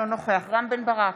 אינו נוכח רם בן ברק,